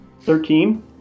Thirteen